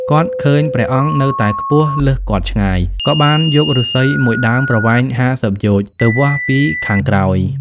គាត់ឃើញព្រះអង្គនៅតែខ្ពស់លើសគាត់ឆ្ងាយ ក៏បានយកឫស្សីមួយដើមប្រវែង ៥០ យោជន៍ ទៅវាស់ពីខាងក្រោយ។